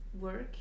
work